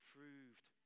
Proved